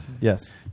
Yes